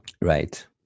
right